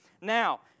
Now